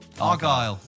argyle